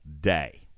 day